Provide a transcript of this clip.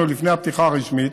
עוד לפני הפתיחה הרשמית,